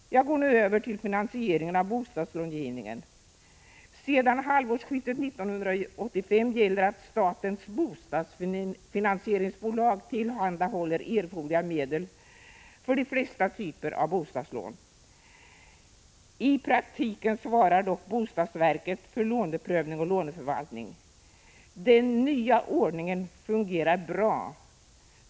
Jag går nu över till finansieringen av bostadslångivningen. Sedan halvårsskiftet 1985 gäller att statens bostadsfinansieringsaktiebolag tillhandahåller erforderliga medel för de flesta typer av bostadslån. I praktiken svarar dock bostadsverket för låneprövning och låneförvaltning. Den nya ordningen fungerar bra.